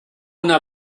una